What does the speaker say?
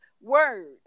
word